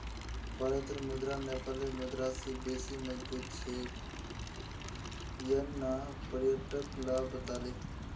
भारतेर मुद्रा नेपालेर मुद्रा स बेसी मजबूत छेक यन न पर्यटक ला बताले